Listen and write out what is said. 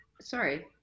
Sorry